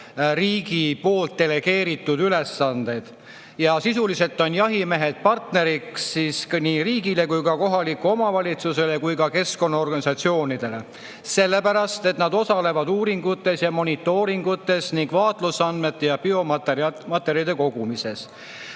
riigi delegeeritud ülesandeid. Sisuliselt on jahimehed partneriks nii riigile, kohalikule omavalitsusele kui ka keskkonnaorganisatsioonidele, sellepärast et nad osalevad uuringutes, monitooringutes ning vaatlusandmete ja biomaterjalide kogumises.